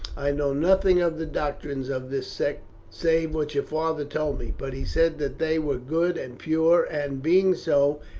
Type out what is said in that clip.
i know nothing of the doctrines of this sect save what your father told me but he said that they were good and pure, and, being so,